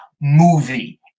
movie